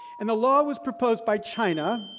and the law was proposed by china.